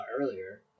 earlier